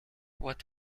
what